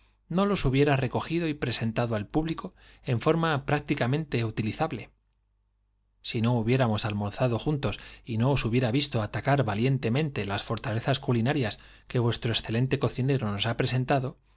no los hubiera recogido y presentado al público forma en prácticamente utili zable si no hubiéramos almorzado juntos y no os hu biera visto atacar valientemente las fortalezas culina rias que vuestro exceente cocinero nos ha presentado